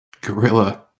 gorilla